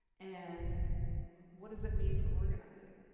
and what does it mean for organizing?